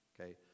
okay